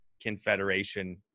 confederation